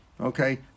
Okay